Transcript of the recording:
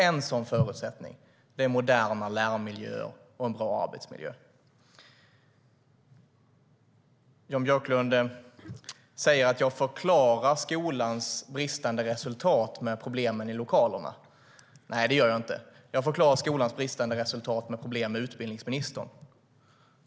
En sådan förutsättning är moderna lärmiljöer och bra arbetsmiljö. Jan Björklund säger att jag förklarar skolans bristande resultat med problemen i lokalerna. Nej, det gör jag inte. Jag förklarar skolans bristande resultat med problem med utbildningsministern.